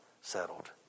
settled